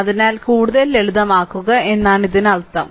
അതിനാൽ കൂടുതൽ ലളിതമാക്കുക എന്നാണ് ഇതിനർത്ഥം